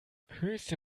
höchste